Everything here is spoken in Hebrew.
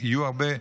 יהיו הרבה,